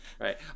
Right